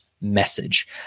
message